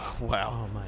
Wow